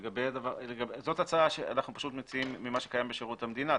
אנחנו מציעים ממה שקיים בשירות המדינה.